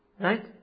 Right